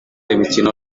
imikino